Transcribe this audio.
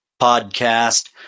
podcast